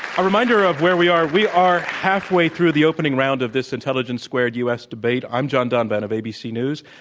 a reminder of where we are, we are halfway through the opening round of this intelligence squared us debate, i'm john donvan of abc news.